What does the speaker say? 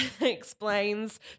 explains